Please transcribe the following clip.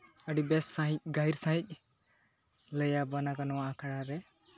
ᱟᱹᱰᱤ ᱵᱮᱥ ᱥᱟᱹᱦᱤᱡ ᱜᱟᱹᱦᱤᱨ ᱥᱟᱹᱦᱤᱡ ᱞᱟᱹᱭᱟᱵᱚᱱᱟᱠᱚ ᱱᱚᱣᱟ ᱟᱠᱷᱲᱟ ᱨᱮ